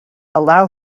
allow